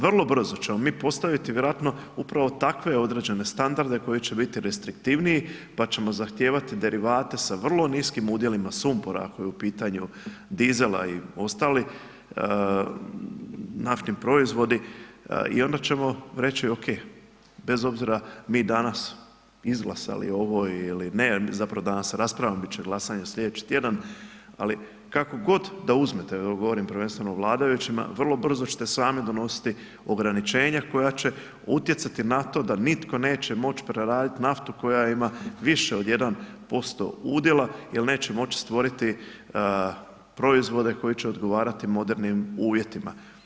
Vrlo brzo ćemo mi postaviti vjerojatno upravo takve određene standarde koji će biti restriktivniji, pa ćemo zahtijevati derivate sa vrlo niskim udjelima sumporima ako je u pitanju dizela i ostali naftni proizvodi i onda ćemo reći okej, bez obzira mi danas izglasali ovo ili ne, zapravo danas raspravljamo, bit će glasanje slijedeći tjedan, ali kako god da uzmete, evo govorim prvenstveno vladajućima, vrlo brzo ćete sami donositi ograničenja koja će utjecati na to da nitko neće moć preradit naftu koja ima više od 1% udjela jel neće moć stvoriti proizvode koji će odgovarat modernim uvjetima.